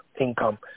income